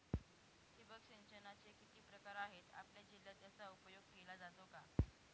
ठिबक सिंचनाचे किती प्रकार आहेत? आपल्या जिल्ह्यात याचा उपयोग केला जातो का?